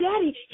daddy